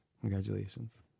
congratulations